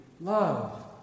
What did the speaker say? love